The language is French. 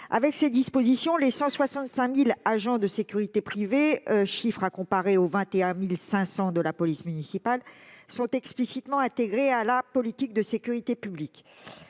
Avec ces dispositions, les 165 000 agents de sécurité privée- un chiffre à comparer aux 21 500 agents de la police municipale ! -sont explicitement intégrés à la politique de sécurité publique.